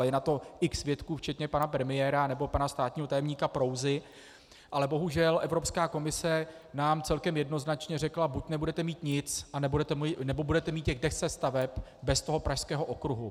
Je na to x svědků včetně pana premiéra nebo pana státního tajemníka Prouzy, ale bohužel Evropská komise nám celkem jednoznačně řekla: buď nebudete mít nic, anebo budete mít těch deset staveb bez Pražského okruhu.